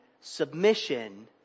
submission